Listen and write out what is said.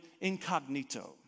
incognito